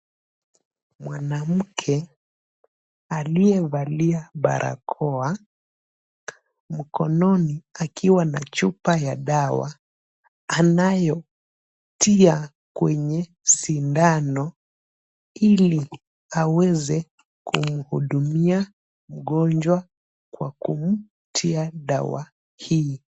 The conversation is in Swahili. Mwanamke aliyevalia barakoa, mkononi akiwa na chupa ya dawa, anayotia kwenye sindano ili aweza kumhudumia mgonjwa kwa kumtia dawa hii.